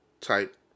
type